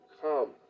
come